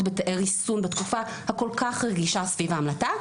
בתאי ריסון בתקופה הכל כך רגישה סביבם לתא,